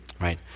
right